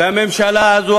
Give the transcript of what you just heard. והממשלה הזאת,